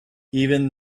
even